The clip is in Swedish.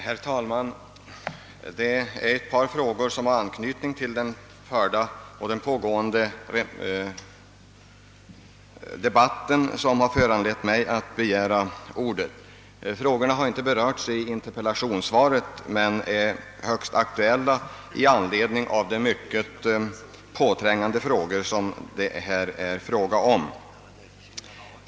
Herr talman! Ett par frågor som har anknytning till den nu pågående debatten har föranlett mig att begära ordet. De har inte berörts i interpellationssvaret men är högst aktuella i detta sammanhang.